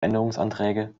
änderungsanträge